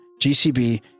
GCB